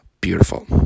beautiful